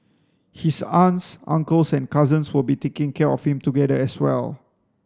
his aunts uncles and cousins will be taking care of him together as well